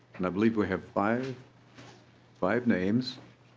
and i believe we have five five names